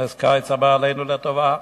כנס הקיץ הבא אלינו לטובה.